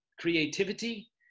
creativity